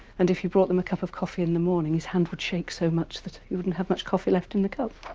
and if he brought them a cup of coffee in the morning, his hand would shake so much that he wouldn't have much coffee left in the cup.